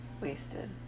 wasted